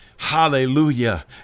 Hallelujah